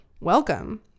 welcome